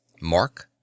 Mark